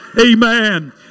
Amen